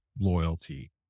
loyalty